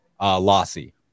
lossy